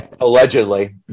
Allegedly